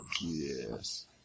Yes